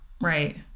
Right